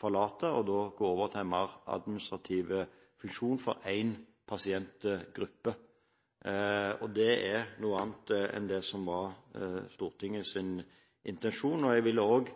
forlate, og at man da går over til en mer administrativ funksjon for en pasientgruppe. Det er noe annet enn det som var Stortingets intensjon. Jeg vil også